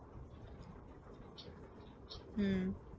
hmm